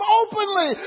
openly